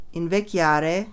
invecchiare